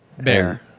Bear